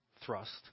thrust